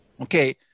okay